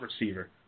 receiver